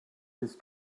his